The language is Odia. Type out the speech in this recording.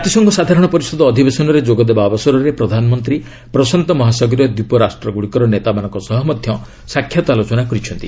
ଜାତିସଂଘ ସାଧାରଣ ପରିଷଦ ଅଧିବେଶନରେ ଯୋଗ ଦେବା ଅବସରରେ ପ୍ରଧାନମନ୍ତ୍ରୀ ପ୍ରଶାନ୍ତ ମହାସାଗରୀୟ ଦ୍ୱୀପରାଷ୍ଟ୍ରଗ୍ରଡ଼ିକର ନେତାମାନଙ୍କ ସହ ମଧ୍ୟ ସାକ୍ଷାତ୍ ଆଲୋଚନା କରିଛନ୍ତି